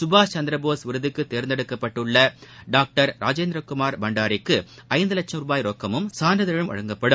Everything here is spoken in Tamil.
சுபாஷ் சந்திர போஸ் விருதுக்கு தேர்ந்தெடுக்கப்பட்டுள்ள டாக்டர் ராஜேந்திர குமார் பண்டாரிக்கு ஐந்து லட்சம் ரூபாய் ரொக்கமும் சான்றிதழும் வழங்கப்படும்